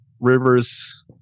Rivers